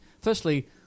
Firstly